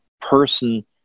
person